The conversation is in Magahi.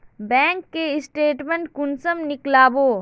बैंक के स्टेटमेंट कुंसम नीकलावो?